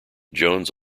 jones